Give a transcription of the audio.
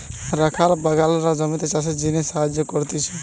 রাখাল বাগলরা জমিতে চাষের জিনে সাহায্য করতিছে